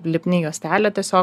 lipni juostelė tiesiog